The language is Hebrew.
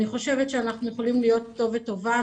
אני חושבת שאנחנו יכולים להיות כתובת טובה.